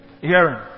Hearing